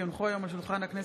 כי הונחו היום על שולחן הכנסת,